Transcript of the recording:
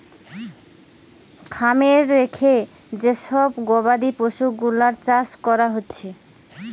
খামারে রেখে যে সব গবাদি পশুগুলার চাষ কোরা হচ্ছে